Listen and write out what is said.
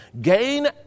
gain